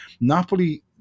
Napoli